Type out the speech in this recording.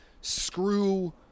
screw